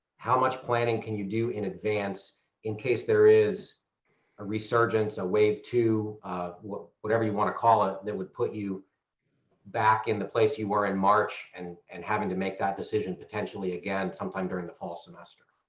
how much planning can you do in advance in case there is a resurgence, a way to whatever you want to call it that would put you back in the place you were in march and and having to make that decision potentially again sometime during the fall semester?